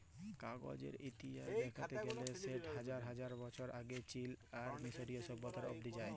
কাগজের ইতিহাস দ্যাখতে গ্যালে সেট হাজার হাজার বছর আগে চীল আর মিশরীয় সভ্যতা অব্দি যায়